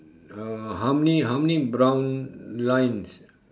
uh how many how many brown lines